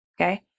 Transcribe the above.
okay